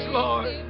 Lord